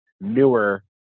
newer